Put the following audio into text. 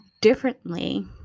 differently